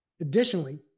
Additionally